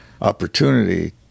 opportunity